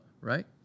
right